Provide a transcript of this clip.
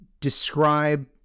describe